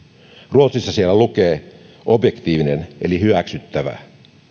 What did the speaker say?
ruotsissa siellä lukee objektiivinen eli hyväksyttävä